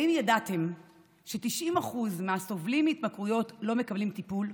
האם ידעתם ש-90% מהסובלים מהתמכרויות לא מקבלים טיפול?